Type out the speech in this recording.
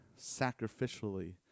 Sacrificially